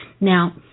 Now